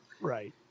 Right